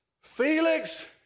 Felix